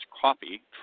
Coffee